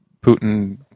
Putin